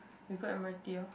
we go Admiralty lor